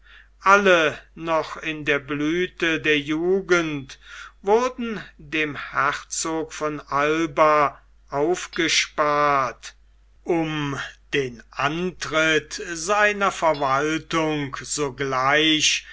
alle noch in der blüthe der jugend wurden dem herzog von alba aufgespart um den antritt seiner verwaltung sogleich